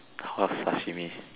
how sashimi